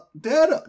dad